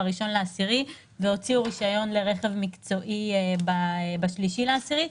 ב-1 באוקטובר והוציאו רישיון לרכב מקצועי ב-3 באוקטובר,